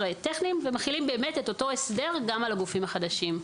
טכניים ומחילים באמת את אותו הסדר גם על הגופים החדשים.